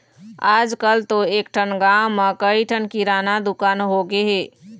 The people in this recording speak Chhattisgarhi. आजकल तो एकठन गाँव म कइ ठन किराना दुकान होगे हे